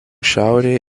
šiaurėje